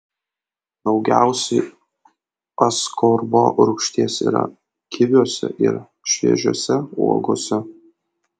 daugiausiai askorbo rūgšties yra kiviuose ir šviežiose uogose